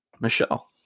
michelle